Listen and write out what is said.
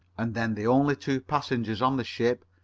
and then the only two passengers on the ship,